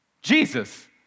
Jesus